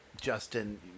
Justin